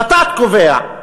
ות"ת קובעת